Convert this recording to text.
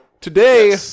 today